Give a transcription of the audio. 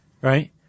right